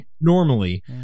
Normally